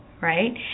right